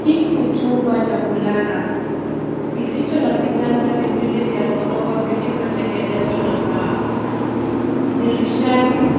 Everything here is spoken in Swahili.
Hiki ni chumba cha kulala, kilicho na vitanda viwili vya gorofa vilivyotengenezwa na mbao. Dirishani